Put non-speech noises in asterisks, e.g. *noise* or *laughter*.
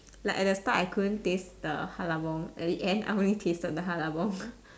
like at the start I couldn't taste the hallabong at the end I only tasted the hallabong *noise*